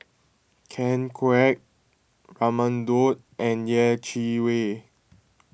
Ken Kwek Raman Daud and Yeh Chi Wei